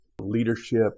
leadership